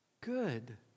good